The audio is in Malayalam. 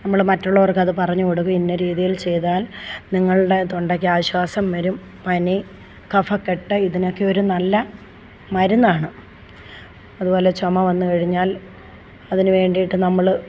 നമ്മള് മറ്റുള്ളവർക്കത് പറഞ്ഞ് കൊടുക്കേം ഇന്ന രീതിയിൽ ചെയ്താൽ നിങ്ങളുടെ തൊണ്ടക്ക് ആശ്വാസം വരും പനി കഫക്കെട്ട് ഇതിനൊക്കെ ഒരു നല്ല മരുന്നാണ് അതുപോലെ ചുമ വന്ന് കഴിഞ്ഞാൽ അതിന് വേണ്ടീട്ട് നമ്മൾ